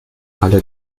alle